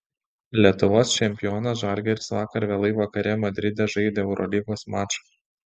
lietuvos čempionas žalgiris vakar vėlai vakare madride žaidė eurolygos mačą